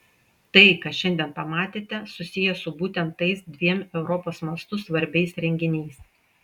tai ką šiandien pamatėte susiję su būtent tais dviem europos mastu svarbiais renginiais